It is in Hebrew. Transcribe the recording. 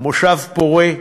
מושב פורה,